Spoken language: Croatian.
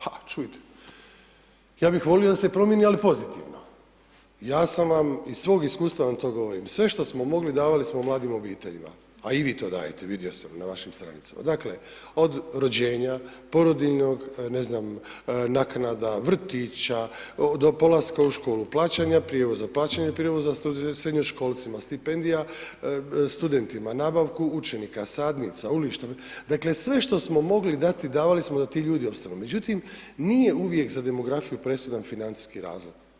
Ha čujte, ja bih volio, ali pozitivno, ja sam vam, iz svog iskustva vam to govorim, sve što smo mogli davali smo mladim obiteljima, a i vi to dajete, vidio sam to na vašim stranicama, dakle od rođenja, porodiljnog, ne znam, naknadna, vrtića, do polaska u školu, plaćanja prijevoza, plaćanje prijevoza srednjoškolcima, stipendija studentima, nabavku učenika, sadnica, ... Dakle sve što smo mogli dati, davali smo da ti ljudi opstanu, međutim nije uvijek za demografiju presudan financijski razlog.